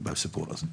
בסיפור הזה.